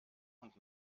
und